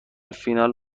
فینال